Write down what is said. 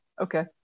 Okay